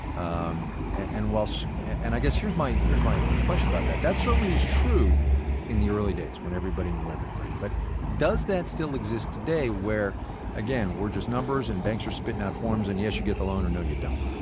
um and and i guess here's my here's my question about that that certainly was true in the early days when everybody knew everybody. but does that still exist today where again, we're just numbers, and banks are spitting out forms, and yes, you get the loan or no, you don't?